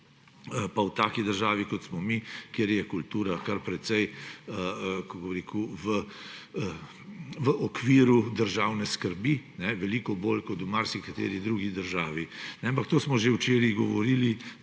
pa v taki državi, kot smo mi, kjer je kultura kar precej, kako bi rekel, v okviru državne skrbi, veliko bolj kot v marsikateri drugi državi. Ampak to smo že včeraj govorili